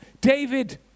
David